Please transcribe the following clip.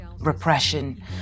repression